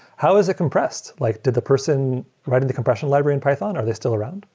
how is it compressed? like did the person writing the compression library in python? are they still around.